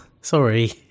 Sorry